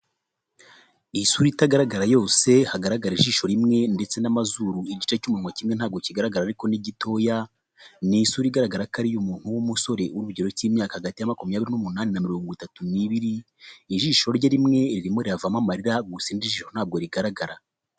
Isura itagaragara yose hagaragara ijisho rimwe ndetse n'amazuru igice cy'umuntu kimwe ntabwo kigaragara ariko ni gitoya, ni isura igaragara ko ari iy'umuntu w'umusore uri mu kigero cy'imyaka hagati ya makumyabiri n'umunani na mirongo itatu n'ibiri ijisho rye rimwe ririmo riravamo amarira gusa irindi jisho ntabwo rigaragara.